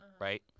right